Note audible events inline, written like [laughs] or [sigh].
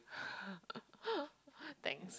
[laughs] thanks